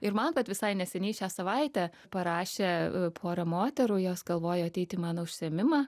ir man vat visai neseniai šią savaitę parašė pora moterų jos galvojo ateiti į mano užsiėmimą